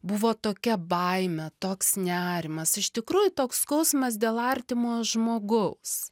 buvo tokia baimė toks nerimas iš tikrųjų toks skausmas dėl artimojo žmogaus